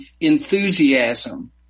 enthusiasm